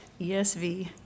ESV